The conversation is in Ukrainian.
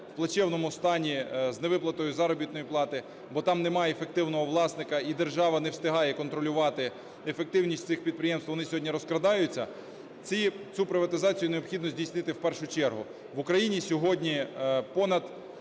у плачевному стані з невиплатою заробітної плати, бо там немає ефективного власника і держава не встигає контролювати ефективність цих підприємств, вони сьогодні розкрадаються, цю приватизацію необхідно здійснити в першу чергу. В Україні сьогодні понад